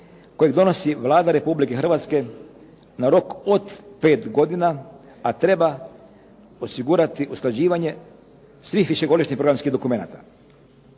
kojeg donosi Vlada Republike Hrvatske na rok od 5 godina a treba osigurati usklađivanje svih višegodišnjih programskih dokumenata.